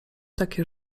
takie